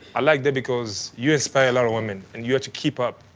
i like that because you inspire a lotta women, and you have to keep up.